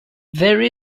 there